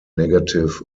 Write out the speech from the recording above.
negative